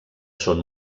són